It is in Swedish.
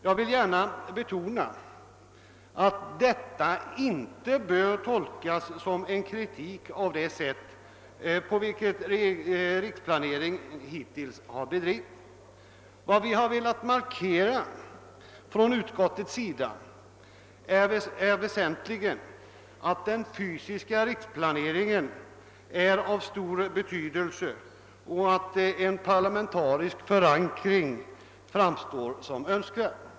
Jag vill gärna betona att detta inte bör tolkas som en kritik av det sätt på vilket riksplaneringen hittills har bedrivits. Vad utskottet velat markera är väsentligen, att den fysiska riksplaneringen är av stor betydelse och att en parlamentarisk förankring framstår som önskvärd.